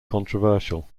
controversial